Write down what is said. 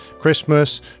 Christmas